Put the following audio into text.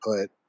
put